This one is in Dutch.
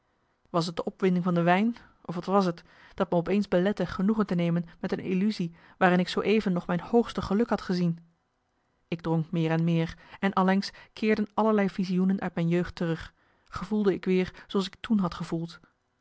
was t de opwinding van de wijn of wat was t dat me op eens belette genoegen te nemen met een illusie waarin ik zoo even nog mijn hoogste geluk had gezien ik dronk meer en meer en allengs keerden allerlei visioenen uit mijn jeugd terug gevoelde ik weer zooals ik toen had gevoeld